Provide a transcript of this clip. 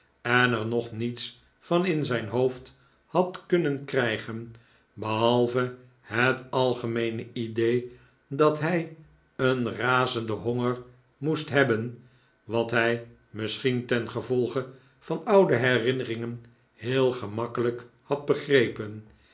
en er nog niets van in zijn hoofd had kunnen krijgen behalve het algemeene idee dat hij een razenden honger moest hebben wat hij misschien tengevolge van oude herinneringen heel gemakkelijk had begrepen